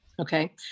Okay